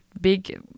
big